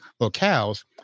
locales